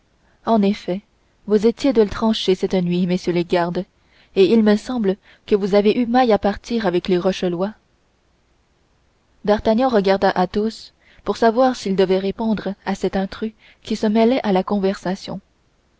en effet vous étiez de tranchée cette nuit messieurs les gardes et il me semble que vous avez eu maille à partir avec les rochelois d'artagnan regarda athos pour savoir s'il devait répondre à cet intrus qui se mêlait à la conversation